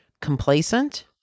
complacent